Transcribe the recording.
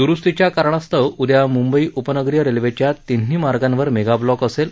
द्रूस्तीच्या कारणास्तव उद्या म्ंबई उपनगरीय रेल्वेच्या तिन्ही मार्गावर मेगाब्लॉक असेल